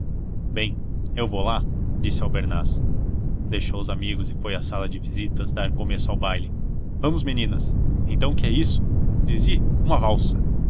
bem eu vou lá disse albernaz deixou os amigos e foi à sala de visitas dar começo ao baile vamos meninas então o que é isso zizi uma valsa